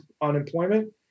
unemployment